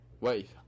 Wait